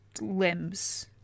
limbs